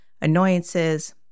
annoyances